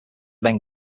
men